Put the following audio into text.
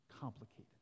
complicated